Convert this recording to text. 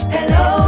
Hello